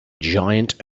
giant